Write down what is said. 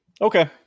okay